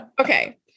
Okay